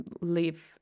live